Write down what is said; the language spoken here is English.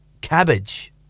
Cabbage